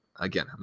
Again